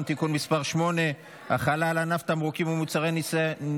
(תיקון מס' 8) (החלה על ענף תמרוקים ומוצרי ניקיון),